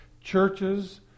Churches